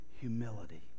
humility